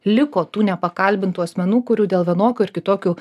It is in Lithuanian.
liko tų nepakalbintų asmenų kurių dėl vienokių ar kitokių